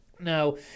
now